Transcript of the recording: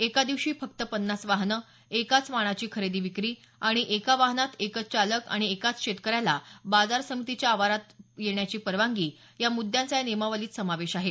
एका दिवशी फक्त पन्नास वाहनं एकाच वाणाची खरेदी विक्री आणि एका वाहनात एकच चालक आणि एकाच शेतकऱ्याला बाजार समितीच्या आवारात येण्याची परवानगी या मुद्यांचा या नियमावलीत समावेश आहे